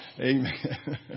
Amen